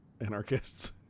anarchists